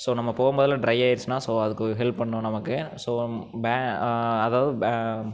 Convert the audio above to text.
so நம்ம போகும்போதுலாம் dry ஆயிடுச்சுனா ஸோ அதுக்கு ஹெல்ப் பண்ணும் நமக்கு ஸோ அதாவது